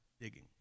digging